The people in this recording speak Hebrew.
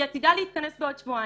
היא עתידה להתכנס בעוד שבועיים.